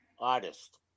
Artist